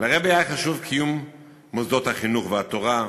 לרעבע היה חשוב קיום מוסדות החינוך והתורה,